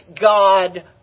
God